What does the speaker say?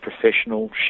professional